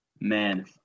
Man